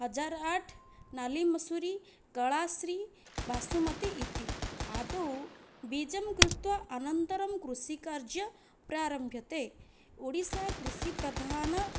अजराट् नालीमसूरी कलाश्री बासुमती इति आदौ बीजं कृत्वा अनन्तरं कृषिकार्यं प्रारभ्यते ओडिस्सा कृषिप्रधान